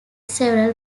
several